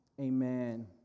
amen